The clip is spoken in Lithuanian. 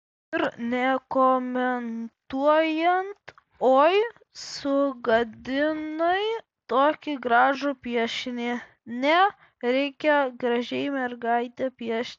ir nekomentuojant oi sugadinai tokį gražų piešinį ne reikia gražiai mergaitę piešti